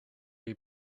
jej